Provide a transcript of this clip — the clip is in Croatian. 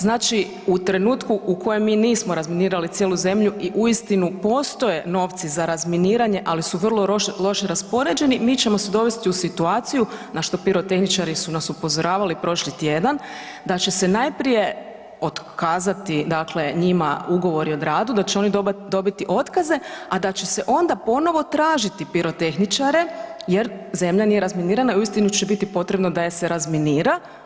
Znači u trenutku u kojem mi nismo razminirali cijelu zemlju i u istinu postoje novci za razminiranje ali su vrlo loše raspoređeni, mi ćemo se dovesti u situaciju na što pirotehničari su nas upozoravali prošli tjedan da će se najprije otkazati dakle njima ugovori o radu da će oni dobiti otkaze, a da će se onda ponovo tražiti pirotehničare jer zemlja nije razminirana i uistinu će biti potrebno da je se razminira.